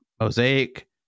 mosaic